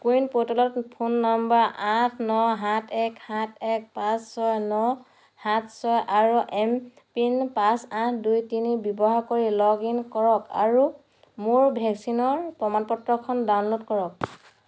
কো win প'ৰ্টেলত phone number আঠ ন সাত এক সাত এক পাঁচ ছয় ন সাত ছয় আৰু এম পিন পাঁচ আঠ দুই তিনি ব্যৱহাৰ কৰি লগ ইন কৰক আৰু মোৰ ভেকচিনৰ প্ৰমাণ পত্ৰখন ডাউনলোড কৰক